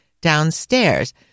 downstairs